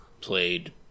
played